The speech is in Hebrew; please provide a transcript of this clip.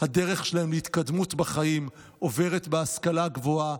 הדרך שלהם להתקדמות בחיים עוברת בהשכלה הגבוהה,